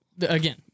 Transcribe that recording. again